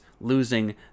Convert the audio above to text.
losing